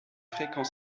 fréquents